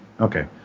Okay